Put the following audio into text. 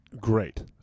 great